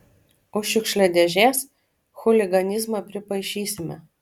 už šiukšliadėžes chuliganizmą pripaišysime